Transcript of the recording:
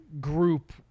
group